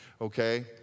Okay